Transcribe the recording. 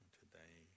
today